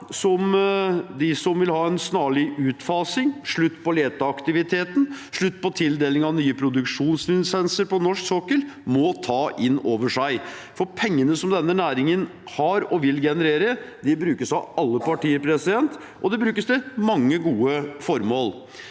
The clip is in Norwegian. de som vil ha en snarlig utfasing, slutt på leteaktiviteten og slutt på tildeling av nye produksjonslisenser på norsk sokkel, må ta inn over seg, for pengene som denne næringen har generert, og vil generere, brukes av alle partier, og de brukes til mange gode formål.